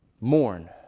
mourn